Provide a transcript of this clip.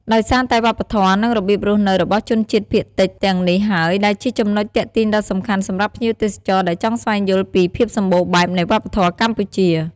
ដោយសារតែវប្បធម៌ និងរបៀបរស់នៅរបស់ជនជាតិភាគតិចទាំងនេះហើយដែលជាចំណុចទាក់ទាញដ៏សំខាន់សម្រាប់ភ្ញៀវទេសចរដែលចង់ស្វែងយល់ពីភាពសម្បូរបែបនៃវប្បធម៌កម្ពុជា។